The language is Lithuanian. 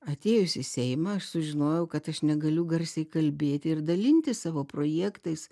atėjus į seimą aš sužinojau kad aš negaliu garsiai kalbėti ir dalintis savo projektais